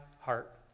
heart